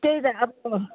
त्यही त अब